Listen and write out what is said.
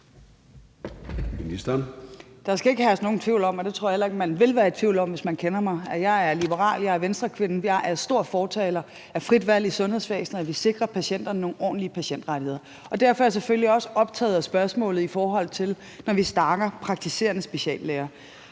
Der skal ikke herske nogen tvivl om – og det tror jeg heller ikke man vil være i tvivl om, hvis man kender mig – at jeg som liberal og Venstrekvinde er stor fortaler for frit valg i sundhedsvæsenet og for, at vi sikrer patienterne nogle ordentlige patientrettigheder. Derfor er jeg selvfølgelig også optaget af spørgsmålet om praktiserende speciallæger.